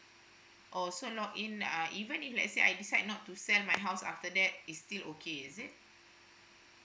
oh so log in uh even if let's say I decide not to send my house after that is still okay is it